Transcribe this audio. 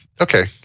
Okay